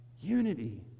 Unity